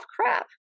crap